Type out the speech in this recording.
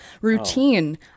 routine